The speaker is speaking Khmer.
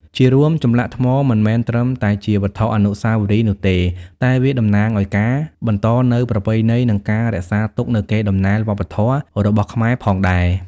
ជារួមចម្លាក់ថ្មមិនមែនត្រឹមតែជាវត្ថុអនុស្សាវរីយ៍នោះទេ តែវាតំណាងឱ្យការបន្តនូវប្រពៃណី និងការរក្សាទុកនូវកេរ្តិ៍ដំណែលវប្បធម៌ របស់ខ្មែរផងដែរ។